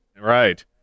right